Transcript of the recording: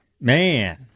man